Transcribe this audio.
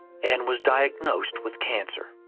anne was diagnosed with cancer.